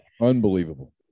unbelievable